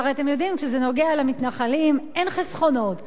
והרי אתם יודעים, כשזה נוגע למתנחלים אין חסכונות.